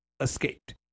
escaped